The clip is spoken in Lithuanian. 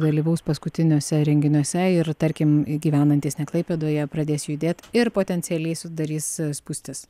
dalyvaus paskutiniuose renginiuose ir tarkim gyvenantys klaipėdoje pradės judėt ir potencialiai sudarys spūstis